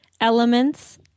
Elements